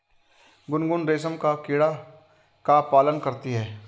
गुनगुन रेशम का कीड़ा का पालन करती है